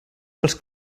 pels